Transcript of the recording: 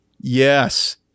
Yes